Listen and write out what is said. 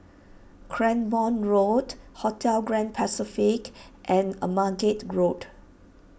Cranborne Road Hotel Grand Pacific and Margate Road